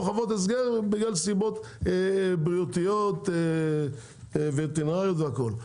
חוות הסגר בגלל סיבות בריאותיות וטרינריות והכל.